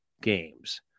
games